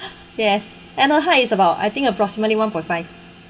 yes and her height is about I think approximately one point five